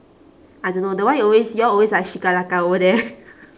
I don't know the one you always you all always like over there